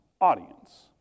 audience